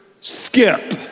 skip